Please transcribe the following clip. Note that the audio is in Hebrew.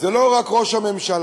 זה לא רק ראש הממשלה,